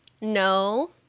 no